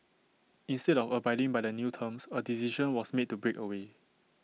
instead of abiding by the new terms A decision was made to break away